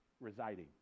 residing